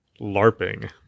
LARPing